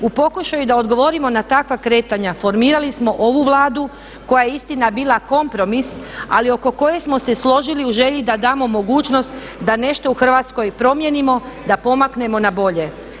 U pokušaju da odgovorimo na takva kretanja formirali smo ovu Vladu koja je istina bila kompromis, ali oko koje smo se složili u želji da damo mogućnost da nešto u Hrvatskoj promijenimo, da pomaknemo na bolje.